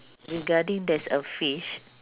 regarding there's a fish